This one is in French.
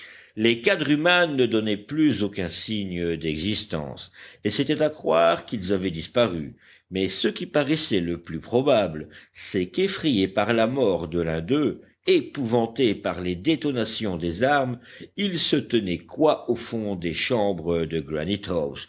les quadrumanes ne donnaient plus aucun signe d'existence et c'était à croire qu'ils avaient disparu mais ce qui paraissait le plus probable c'est qu'effrayés par la mort de l'un d'eux épouvantés par les détonations des armes ils se tenaient cois au fond des chambres de